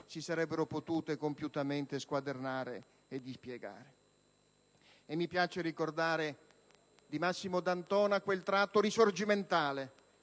si sarebbero potute compiutamente squadernare e dispiegare. Mi piace ricordare di Massimo D'Antona quel tratto risorgimentale: